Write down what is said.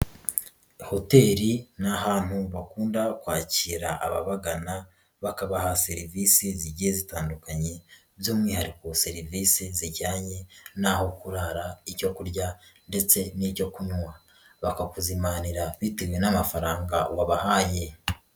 Hoteli ni ahantu bakunda kwakira ababagana bakabaha serivisi zigiye zitandukanye by'umwihariko serivisi zijyanye n'aho kurara, icyo kurya ndetse n'icyo kunywa bakakuzimanira bitewe n'amafaranga wabahaye.